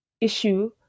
issue